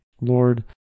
Lord